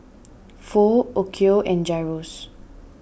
Pho Okayu and Gyros